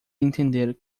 entender